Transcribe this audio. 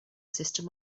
system